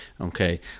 okay